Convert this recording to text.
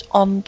on